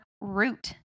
root